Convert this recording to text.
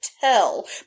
tell